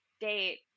date